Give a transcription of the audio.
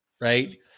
right